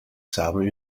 samen